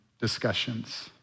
discussions